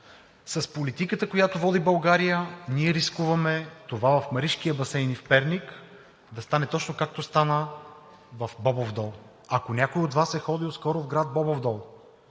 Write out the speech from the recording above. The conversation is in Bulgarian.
С политиката, която води България, ние рискуваме това в Маришкия басейн и в Перник да стане точно както стана в Бобов дол. Ако някой от Вас е ходил скоро в град Бобов дол,